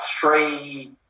three